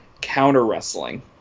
counter-wrestling